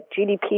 GDP